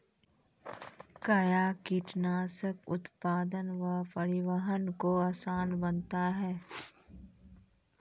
कया कीटनासक उत्पादन व परिवहन को आसान बनता हैं?